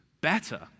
better